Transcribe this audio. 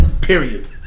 Period